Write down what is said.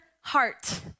heart